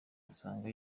dusanga